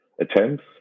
attempts